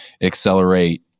accelerate